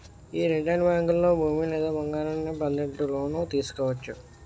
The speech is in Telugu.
యీ రిటైలు బేంకుల్లో భూమి లేదా బంగారాన్ని పద్దెట్టి లోను తీసుకోవచ్చు